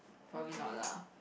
probably not lah